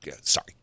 sorry